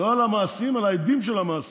על האדים, לא על המעשים אלא על האדים של המעשים.